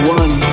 one